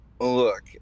Look